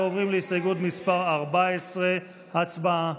ועוברים להסתייגות מס' 14. הצבעה.